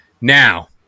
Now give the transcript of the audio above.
Now